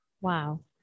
Wow